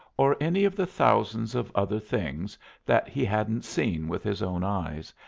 or any of the thousands of other things that he hadn't seen with his own eyes,